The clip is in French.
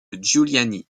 giuliani